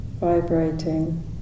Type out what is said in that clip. vibrating